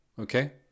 Okay